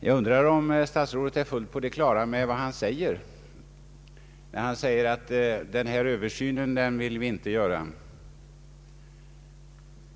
Jag undrar om statsrådet är fullt på det klara med vad han säger när han påstår att regeringen inte vill göra denna Översyn.